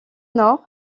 nord